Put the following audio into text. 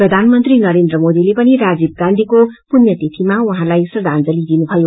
प्रधानमनत्री नरेन्द्र मोदीले पनि राजीव गाँधीको पुण्यतिथिमा उहाँलाई श्रद्वांजली दिनुमयो